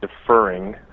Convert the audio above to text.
deferring